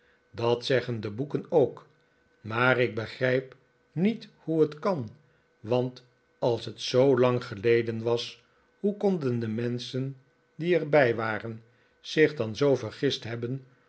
dat zeggen de boeken ook maar ik begrijp niet hoe het kan want als het zoo lang geleden was hoe konden de menschen die er bij waren zich dan zoo vergist hebben